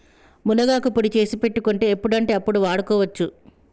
మునగాకు పొడి చేసి పెట్టుకుంటే ఎప్పుడంటే అప్పడు వాడుకోవచ్చు